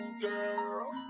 girl